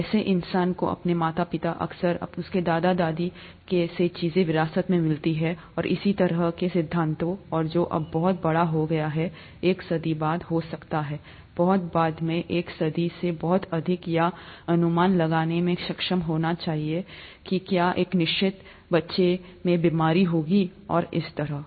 कैसे इंसान को अपने माता पिता अक्सर उनके दादा दादी से चीजें विरासत में मिलती हैं और इसी तरह के सिद्धांतों और जो अब बहुत बड़ा हो गया है एक सदी बाद हो सकता है बहुत बाद में एक सदी से बहुत अधिक यह अनुमान लगाने में सक्षम होना चाहिए कि क्या एक निश्चित बच्चे में बीमारी होगी और इसी तरह